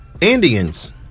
Indians